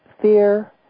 fear